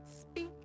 speak